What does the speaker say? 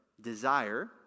desire